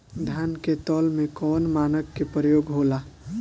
धान के तौल में कवन मानक के प्रयोग हो ला?